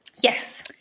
Yes